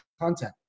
content